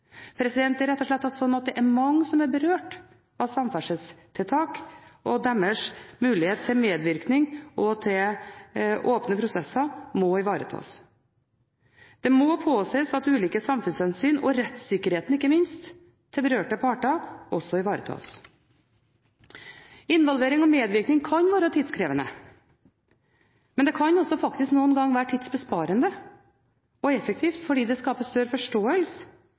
Det er rett og slett slik at det er mange som er berørt av samferdselstiltak, og deres mulighet til medvirkning gjennom åpne prosesser må ivaretas. Det må påses at ulike samfunnshensyn og ikke minst rettssikkerheten til berørte parter også ivaretas. Involvering og medvirkning kan være tidkrevende, men det kan faktisk også noen ganger være tidsbesparende og effektivt, fordi det skaper større forståelse